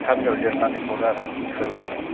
लेखा बिलाइआव लिरनानै हरो आरो बेफोर बायदि